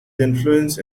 influence